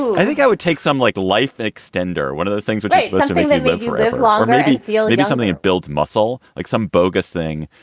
i think i would take some, like, life extender. one of the things would be they live longer, maybe feel maybe something. it builds muscle like some bogus thing.